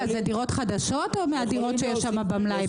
זה דירות חדשות או מהדירות שיש במלאי